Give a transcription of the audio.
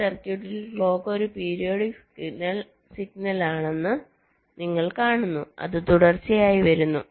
ഈ സർക്യൂട്ടിൽ ക്ലോക്ക് ഒരു പീരിയോഡിക് സിഗ്നലാണെന്ന് നിങ്ങൾ കാണുന്നു അത് തുടർച്ചയായി വരുന്നു